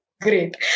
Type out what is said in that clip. great